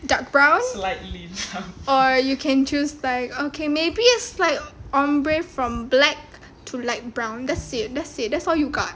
dark brown or you can choose like oh okay maybe a slight ombre from black to light brown that's it that's it that's all you got